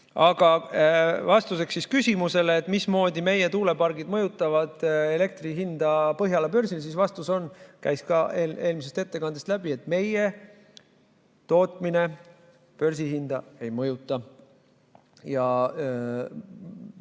Aga vastuseks küsimusele, et mismoodi meie tuulepargid mõjutavad elektri hinda Põhjala börsil, siis vastus käis ka eelmisest ettekandest läbi, et meie tootmine börsihinda ei mõjuta. Meil